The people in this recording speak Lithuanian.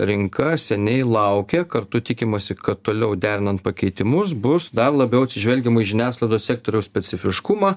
rinka seniai laukė kartu tikimasi kad toliau derinant pakeitimus bus dar labiau atsižvelgiama į žiniasklaidos sektoriaus specifiškumą